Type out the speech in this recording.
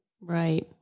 Right